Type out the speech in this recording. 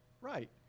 Right